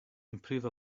improve